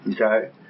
Okay